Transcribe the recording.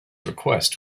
request